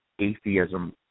atheism